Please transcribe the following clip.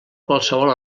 qualsevol